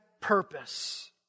purpose